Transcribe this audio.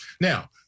Now